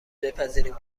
بپذیریم